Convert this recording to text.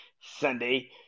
Sunday